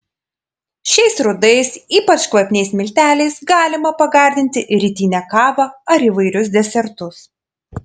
šiais rudais ypač kvapniais milteliais galima pagardinti rytinę kavą ar įvairius desertus